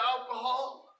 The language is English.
alcohol